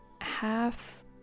half